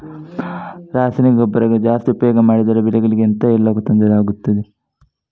ರಾಸಾಯನಿಕ ಗೊಬ್ಬರಗಳನ್ನು ಜಾಸ್ತಿ ಉಪಯೋಗ ಮಾಡಿದರೆ ಬೆಳೆಗಳಿಗೆ ಎಂತ ಎಲ್ಲಾ ತೊಂದ್ರೆ ಆಗ್ತದೆ?